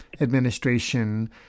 administration